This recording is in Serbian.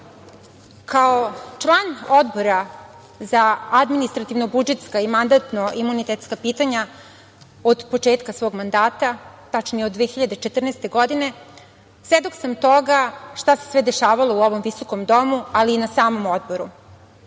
član Odbora za administrativno-budžetska i mandatno-imunitetska pitanja od početka svog mandata, tačnije od 2014. godine, svedok sam toga šta se sve dešavalo u ovom visokom Domu, ali i na samom Odboru. Kao